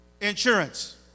Insurance